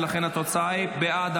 ולכן התוצאה היא בעד,